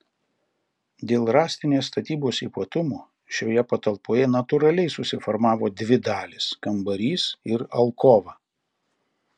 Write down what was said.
dėl rąstinės statybos ypatumų šioje patalpoje natūraliai susiformavo dvi dalys kambarys ir alkova